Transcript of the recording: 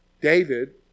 David